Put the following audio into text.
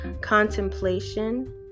contemplation